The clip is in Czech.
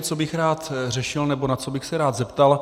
Co bych rád řešil nebo na co bych se rád zeptal.